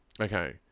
okay